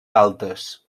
altes